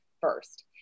first